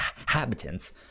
inhabitants